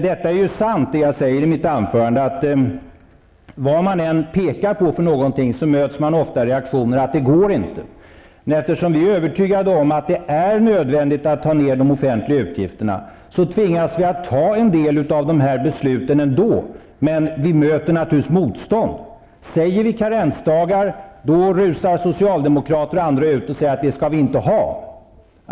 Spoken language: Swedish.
Det jag säger i mitt anförande är ju sant, dvs. att vad man än pekar på så möts man av reaktionen: ''Det går inte.'' Eftersom vi är övertygade om att det är nödvändigt att ta ner de offentliga utgifterna tvingas vi fatta en del sådana här beslut, men vi möter naturligtvis motstånd. Säger vi ''karensdagar'', rusar socialdemokrater och andra ut och säger: ''Det skall vi inte ha.''